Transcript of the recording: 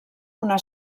una